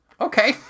Okay